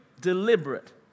deliberate